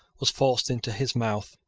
was forced into his mouth.